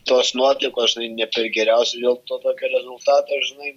tos nuotaikos ne per geriausia dėl to tokio rezultato žinai